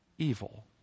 Evil